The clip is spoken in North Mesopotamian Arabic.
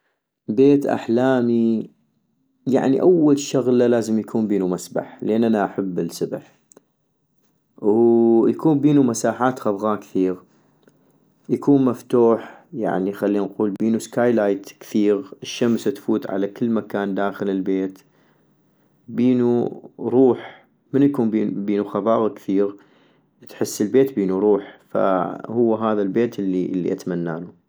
بيت احلامي، يعني اول شغلة لازم يكون بينو مسبح ، لان انا احب السبح - ويكون بينو مساحات خضغا كثيغ - يكون مفتوح، يعني خلي نقول بينو سكاي لايت كثيغ ، الشمس تفوت على كل مكان داخل البيت - بينو روح ، من يكون بينو خضاغ كثيغ تحس البيت بينو روح ، فهو هذا البيت الي اتمنانو